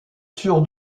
sur